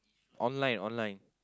online online